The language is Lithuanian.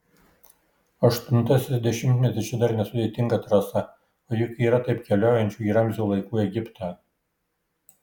aštuntasis dešimtmetis čia dar nesudėtinga trasa o juk yra taip keliaujančių į ramzio laikų egiptą